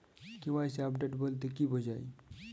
KYC update বলতে কি বোঝায়?